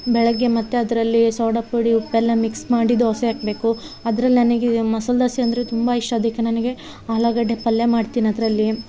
ಬೆಳಗ್ಗೆ ಮತ್ತು ಅದರಲ್ಲಿ ಸೋಡಾಪುಡಿ ಉಪ್ಪು ಎಲ್ಲ ಮಿಕ್ಸ್ ಮಾಡಿ ದೋಸೆ ಹಾಕ್ಬೇಕು ಅದ್ರಲ್ಲಿ ನನಗೆ ಮಸಾಲೆ ದೋಸೆ ಅಂದರೆ ತುಂಬ ಇಷ ಅದಕ್ಕೆ ನನಗೆ ಆಲೂಗಡ್ಡೆ ಪಲ್ಯ ಮಾಡ್ತಿನಿ ಅದರಲ್ಲಿ